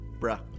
bruh